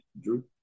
Drew